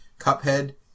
Cuphead